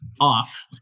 off